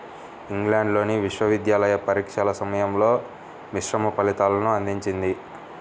ఇంగ్లాండ్లోని విశ్వవిద్యాలయ పరీక్షల సమయంలో మిశ్రమ ఫలితాలను అందించింది